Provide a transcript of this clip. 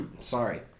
Sorry